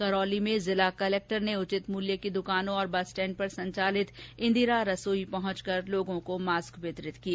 करौली में जिला कलक्टर ने उचित मूल्य की दुकानों और बस स्टेण्ड पर संचालित इंदिरा रसोई पहुंचकर लोगों को मास्क वितरित किए